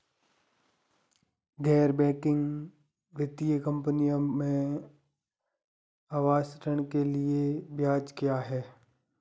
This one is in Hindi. गैर बैंकिंग वित्तीय कंपनियों में आवास ऋण के लिए ब्याज क्या है?